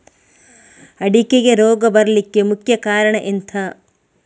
ಅಡಿಕೆಗೆ ರೋಗ ಬರ್ಲಿಕ್ಕೆ ಮುಖ್ಯ ಕಾರಣ ಎಂಥ?